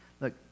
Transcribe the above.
Look